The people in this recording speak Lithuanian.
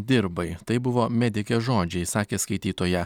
dirbai tai buvo medikės žodžiai sakė skaitytoja